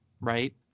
right